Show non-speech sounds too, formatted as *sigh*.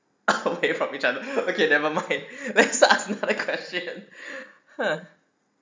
*laughs* from each other okay never mind let's ask another question !huh!